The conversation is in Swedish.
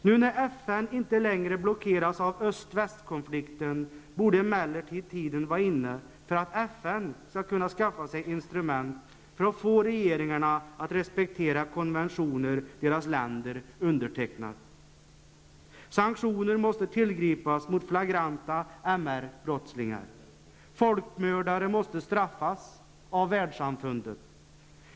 Nu när FN inte längre blockeras av öst--västkonflikten borde emellertid tiden vara inne för att FN skall kunna skaffa sig instrument för att få regeringarna att respektera de konventioner som deras länder undertecknat. Sanktioner måste tillgripas mot flagranta MR-brottslingar. Folkmördare måste straffas av världssamfundet.